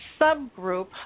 subgroup